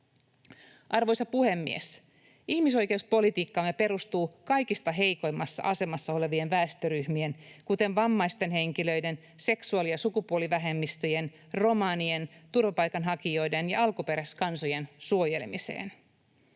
Arvoisa puhemies! Ihmisoikeuspolitiikkamme perustuu kaikista heikoimmassa asemassa olevien väestöryhmien, kuten vammaisten henkilöiden, seksuaali‑ ja sukupuolivähemmistöjen, romanien, turvapaikanhakijoiden ja alkuperäiskansojen suojelemiseen.